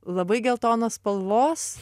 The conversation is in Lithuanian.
labai geltonos spalvos